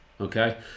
okay